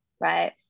right